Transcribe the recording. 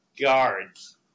guards